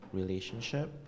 relationship